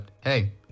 hey